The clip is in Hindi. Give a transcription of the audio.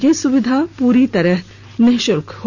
यह सुविधा पूरी तरह निःशुल्क है